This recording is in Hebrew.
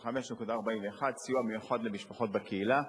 10.25.41: סיוע מיוחד למשפחות בקהילה.